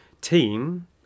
team